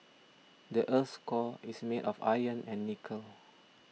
the earth's core is made of iron and nickel